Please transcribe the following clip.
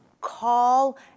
call